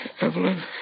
Evelyn